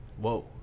whoa